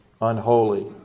unholy